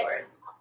words